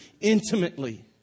intimately